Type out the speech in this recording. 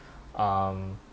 um